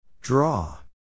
Draw